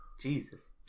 Jesus